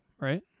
right